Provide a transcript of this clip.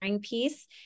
piece